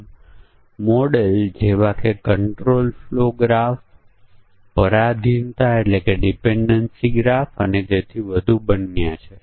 આપણને કારણ effect graph જોવા ઉદાહરણ લઈએકારણ કે સૌથી મોટું કામ અહીં કારણ ઇફેક્ટ ગ્રાફ બનાવવાનું છે